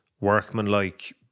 workmanlike